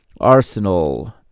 Arsenal